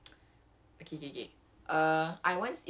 suara dia macam macam dia punya voice quality is very good